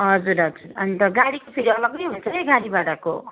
हजुर हजुर अन्त गाडीको फेरि अलगै हुन्छ है गाडी भाडाको